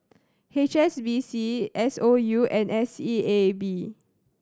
H S B C S O U and S E A B